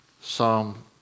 Psalm